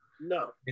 No